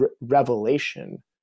revelation